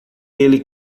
ele